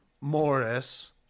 Morris